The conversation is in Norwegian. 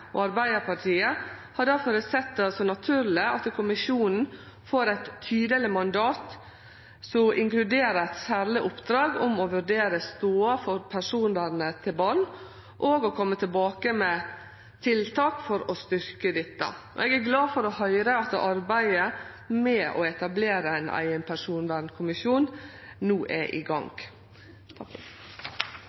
og Arbeidarpartiet har difor sett det som naturleg at kommisjonen får eit tydeleg mandat som inkluderer eit særleg oppdrag om å vurdere stoda for personvernet til barn, og å kome tilbake med tiltak for å styrkje dette. Eg er glad for å høyre at arbeidet med å etablere ein eigen personvernkommisjon no er i gang.